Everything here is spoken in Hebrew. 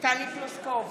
טלי פלוסקוב,